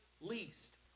least